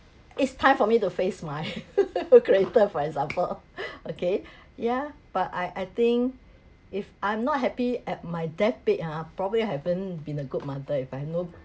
it's time for me to face my creator for example okay yeah but I I think if I'm not happy at my deathbed ah probably I haven't been a good mother if I know